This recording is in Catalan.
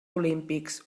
olímpics